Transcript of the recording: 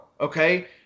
okay